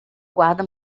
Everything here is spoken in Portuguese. guarda